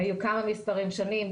היו כמה מספרים שונים,